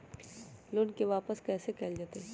Loan के वापस कैसे कैल जतय?